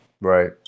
Right